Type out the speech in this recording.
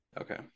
okay